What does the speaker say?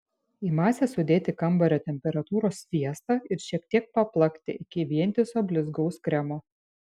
į masę sudėti kambario temperatūros sviestą ir šiek tiek paplakti iki vientiso blizgaus kremo